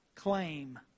claim